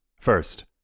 First